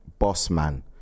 Bossman